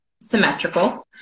symmetrical